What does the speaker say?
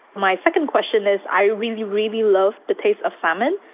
my second question is i really, really love the taste of salmon,